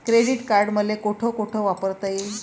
Credit card मले कोठ कोठ वापरता येईन?